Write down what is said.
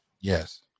yes